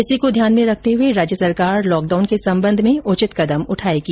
इसी को ध्यान में रखते हुए राज्य सरकार लॉकडाउन के संबंध में उचित कदम उठाएगी